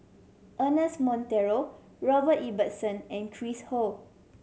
Ernest Monteiro Robert Ibbetson and Chris Ho